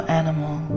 animal